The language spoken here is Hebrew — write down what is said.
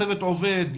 הצוות עובד?